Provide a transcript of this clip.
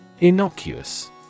Innocuous